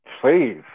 Please